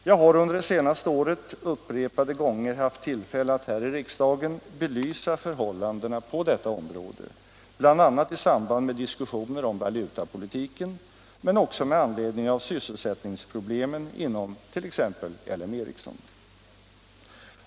Jag har under det senaste året upprepade gånger haft tillfälle att här belysa förhållandena på detta område, bl.a. i samband med diskussioner om valutapolitiken men också med anledning av sysselsättningsproblemen inom t.ex. L M Ericsson.